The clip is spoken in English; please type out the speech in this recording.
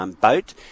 boat